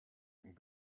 and